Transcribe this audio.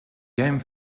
game